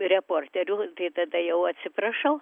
reporterių tai tada jau atsiprašau